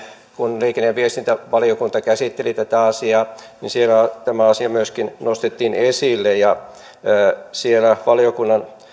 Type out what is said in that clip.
kun liikenne ja viestintävaliokunta käsitteli tätä asiaa niin siellä tämä asia myöskin nostettiin esille ja valiokunnan